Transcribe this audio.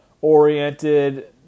oriented